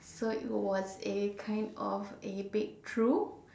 so it was a kind of a breakthrough